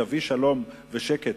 וככה יביא שלום ושקט